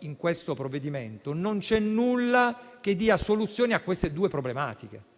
in questo provvedimento, non c'è nulla che dia soluzione a queste due problematiche.